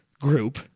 group